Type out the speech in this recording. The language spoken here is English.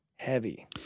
heavy